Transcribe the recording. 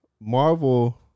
Marvel